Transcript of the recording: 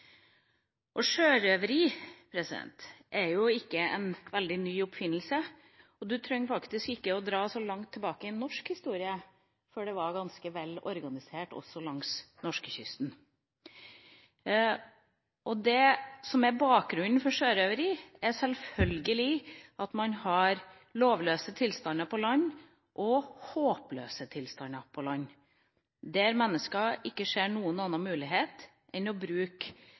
er jo ikke en veldig ny oppfinnelse, en trenger faktisk ikke gå så langt tilbake i norsk historie før en finner at dette var ganske velorganisert også langs norskekysten. Det som er bakgrunnen for sjørøveri, er sjølsagt at man har lovløse og håpløse tilstander på land, der mennesker ikke ser noen annen mulighet enn å bruke